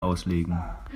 auslegen